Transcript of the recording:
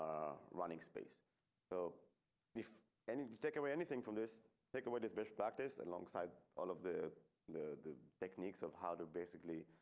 running space so if any take away anything from this take away this best practice alongside all of the the techniques of how to basically.